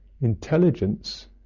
intelligence